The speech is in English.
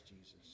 Jesus